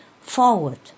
forward